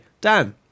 Dan